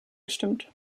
gestimmt